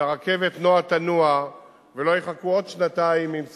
שהרכבת נוע תנוע ולא יחכו עוד שנתיים עם סיפורים,